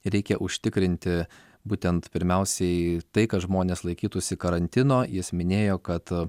reikia užtikrinti būtent pirmiausiai tai kad žmonės laikytųsi karantino jis minėjo kad